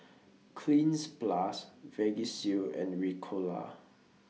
Cleanz Plus Vagisil and Ricola